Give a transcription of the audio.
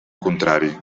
contrari